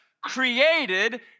created